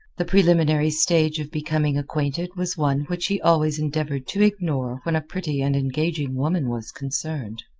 the preliminary stage of becoming acquainted was one which he always endeavored to ignore when a pretty and engaging woman was concerned.